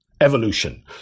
evolution